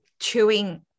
chewing